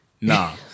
Nah